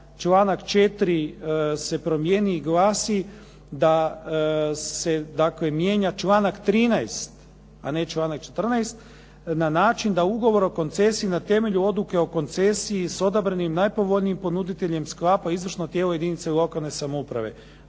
članak 4. se promijeni i glasi da se dakle mijenja članak 13., a ne članak 14., na način da ugovor o koncesiji na temelju odluke o koncesiji s odabranim najpovoljnijim ponuditeljem sklapa izvršno tijelo jedinice lokalne samouprave.